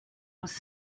was